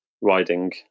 riding